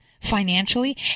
financially